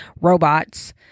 robots